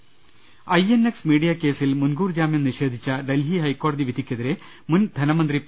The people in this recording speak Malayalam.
്്്്്്്് ഐ എൻ എക്സ് മീഡിയ കേസിൽ മുൻകൂർ ജാമ്യം നിഷേധിച്ച ഡൽഹി ഹൈക്കോടതി വിധിക്കെതിരെ മുൻ ധനമന്ത്രി പി